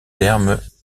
thermes